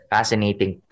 Fascinating